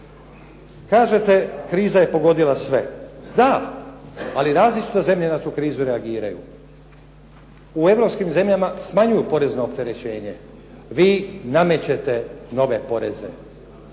Kažete kriza je pogodila sve. Da, ali različito zemlje na tu krizu reagiraju. U europskim zemljama smanjuju porezno opterećenje. Vi namećete nove poreze.